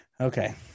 Okay